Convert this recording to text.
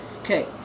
Okay